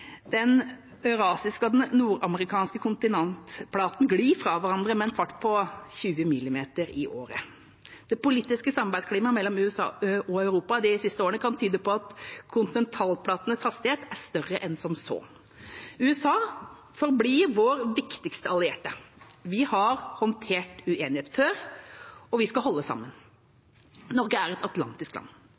Den eurasiske og den nordamerikanske kontinentalplaten glir fra hverandre med en fart på 20 mm i året. Det politiske samarbeidsklimaet mellom USA og Europa de siste årene kan tyde på at kontinentalplatenes hastighet er større enn som så. USA forblir vår viktigste allierte. Vi har håndtert uenighet før, og vi skal holde sammen. Norge er et atlantisk land.